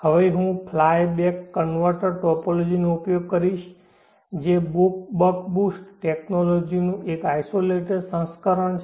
હવે હું flyback converter ટોપોલોજીનો ઉપયોગ કરીશ જે બક બૂસ્ટ ટોપોલોજીનું એક આઇસોલેટેડ સંસ્કરણ છે